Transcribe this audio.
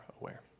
aware